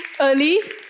early